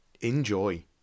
Enjoy